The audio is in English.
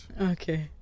Okay